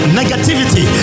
negativity